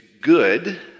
good